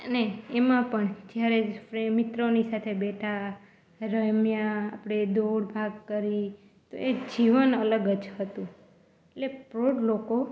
અને એમાં પણ જ્યારે મિત્રોની સાથે બેઠા રમ્યાં આપણે દોડ ભાગ કરી તો એ જીવન અલગ જ હતું એટલે પ્રૌઢ લોકો